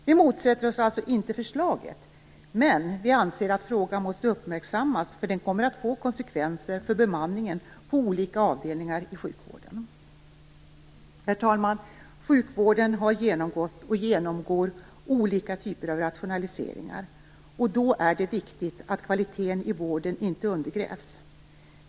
Vi motsätter oss alltså inte förslaget, men vi anser att frågan måste uppmärksammas, för den kommer att få konsekvenser för bemanningen på olika avdelningar inom sjukvården. Herr talman! Sjukvården har genomgått och genomgår olika typer av rationaliseringar, och då är det viktigt att kvaliteten i vården inte undergrävs.